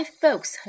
folks